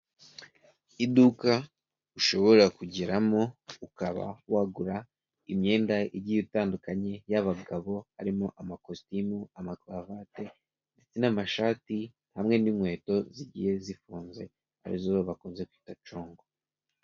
Iduka ushobora kugeramo ukaba wagura imyenda igiye itandukanye y'abagabo harimo amakositimu, amakaruvati ndetse n'amashati hamwe n'inkweto zigiye zifunze arizo bakunze kwita nshongo.